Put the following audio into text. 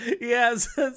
Yes